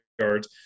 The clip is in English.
yards